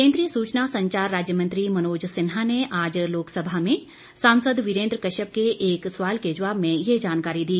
केंद्रीय सूचना संचार राज्य मंत्री मनोज सिन्हा ने आज लोकसभा में सांसद वीरेंद्र कश्यप के एक सवाल के जवाब में ये जानकारी दी